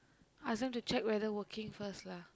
ask them to check whether working first lah